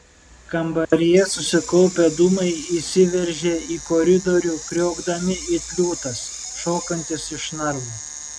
kambaryje susikaupę dūmai išsiveržė į koridorių kriokdami it liūtas šokantis iš narvo